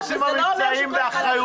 הנושאים המבצעיים באחריותו,